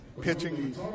pitching